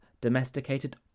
domesticated